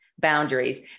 Boundaries